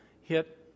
hit